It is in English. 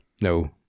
no